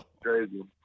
Crazy